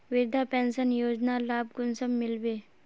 वृद्धा पेंशन योजनार लाभ कुंसम मिलबे?